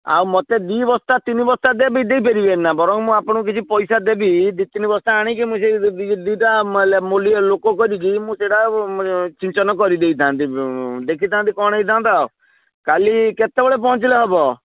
ଆଉ ମୋତେ ଦୁଇ ବସ୍ତା ତିନି ବସ୍ତା ଦେବି ଦେଇପାରିବେନିନା ବରଂ ମୁଁ ଆପଣଙ୍କୁ କିଛି ପଇସା ଦେବି ଦୁଇ ତିନି ବସ୍ତା ଆଣିକି ମୁଁ ସେଇ ଦୁଇଟା ମୂଲିଆ ଲୋକ କରିକି ମୁଁ ସେଇଟା ସିଞ୍ଚନ କରିଦେଇଥାନ୍ତି ଦେଖିଥାନ୍ତି କ'ଣ ହେଇଥାନ୍ତା ଆଉ କାଲି କେତେବେଳେ ପହଞ୍ଚିଲେ ହେବ